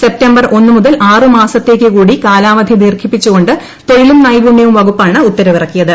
September ഒന്നു മുതൽ ആറു മാസത്തേക്കു കൂടി കാലാവധി ദീർഘിപ്പിച്ച് കൊണ്ട് തൊഴിലും നൈപുണ്യവും വകുപ്പാണ് ഉത്തരവിറക്കിയത്